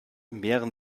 mehren